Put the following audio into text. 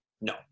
No